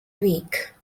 weak